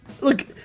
Look